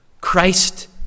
Christ